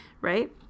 right